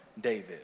David